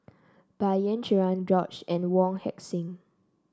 Bai Yan Cherian George and Wong Heck Sing